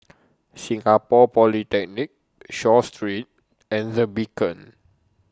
Singapore Polytechnic Seah Street and The Beacon